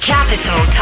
Capital